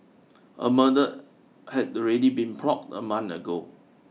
a murder had already been plotted a month ago